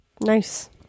Nice